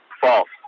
False